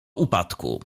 upadku